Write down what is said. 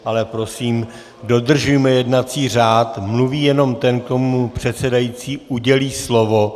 Ale prosím, dodržujme jednací řád, mluví jenom ten, komu předsedající udělí slovo.